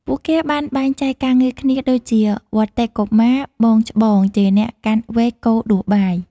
ពួកគេបានបែងចែកការងារគ្នាដូចជា វត្តិ កុមារ (បងច្បង) ជាអ្នកកាន់វែកកូរដួសបាយ។